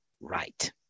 right